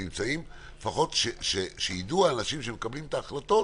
לפחות שיידעו האנשים שמקבלים את ההחלטות